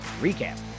recap